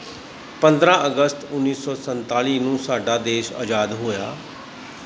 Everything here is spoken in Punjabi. ਪੰਦਰਾਂ ਅਗਸਤ ਉੱਨੀ ਸੌ ਸੰਤਾਲੀ ਨੂੰ ਸਾਡਾ ਦੇਸ਼ ਆਜ਼ਾਦ ਹੋਇਆ